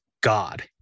god